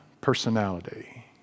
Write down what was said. personality